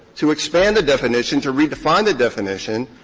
to expand the definition, to redefine the definition,